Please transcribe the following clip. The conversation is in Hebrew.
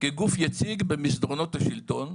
כגוף יציג במסדרונות השלטון,